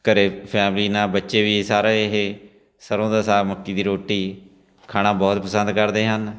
ਘਰੇ ਫੈਮਿਲੀ ਨਾਲ ਬੱਚੇ ਵੀ ਸਾਰੇ ਇਹ ਸਰ੍ਹੋਂ ਦਾ ਸਾਗ ਮੱਕੀ ਦੀ ਰੋਟੀ ਖਾਣਾ ਬਹੁਤ ਪਸੰਦ ਕਰਦੇ ਹਨ